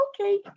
okay